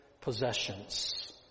possessions